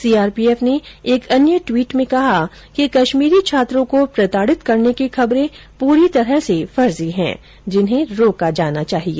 CRPF ने एक अन्य ट्वीट में कहा कि कश्मीरी छात्रों को प्रताडित करने की खबरें पूरी तरह से फर्जी हैं जिन्हें रोका जाना चाहिए